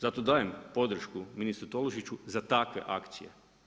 Zato dajem podršku ministru Tolušiću za takve akcije.